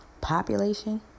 population